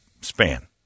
span